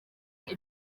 inka